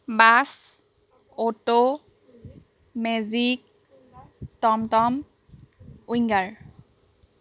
bus auto magic tom tom winger